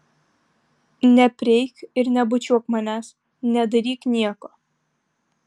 neprieik ir nebučiuok manęs nedaryk nieko